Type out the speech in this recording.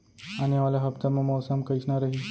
आने वाला हफ्ता मा मौसम कइसना रही?